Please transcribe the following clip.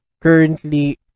currently